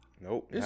Nope